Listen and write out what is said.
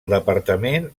departament